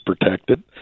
protected